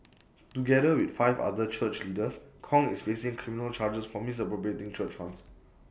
together with five other church leaders Kong is facing criminal charges for misappropriating church funds